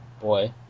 Boy